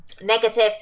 negative